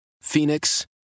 Phoenix